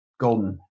golden